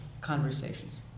conversations